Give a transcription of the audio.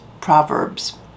proverbs